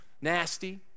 nasty